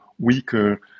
weaker